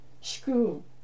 school